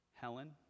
Helen